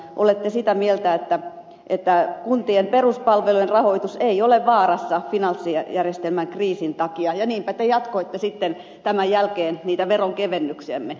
olette sitä mieltä että kuntien peruspalvelujen rahoitus ei ole vaarassa finanssijärjestelmän kriisin takia ja niinpä te jatkoitte sitten tämän jälkeen niitä veronkevennyksiänne